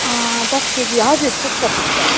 अँ दस केजी हजुर पुग्छ पुग्छ